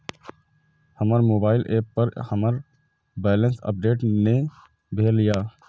हमर mobile app पर हमर बैलेंस अपडेट ने भेल या